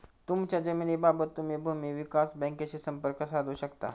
तुमच्या जमिनीबाबत तुम्ही भूमी विकास बँकेशीही संपर्क साधू शकता